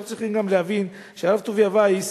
אנחנו צריכים גם להבין שהרב טוביה וייס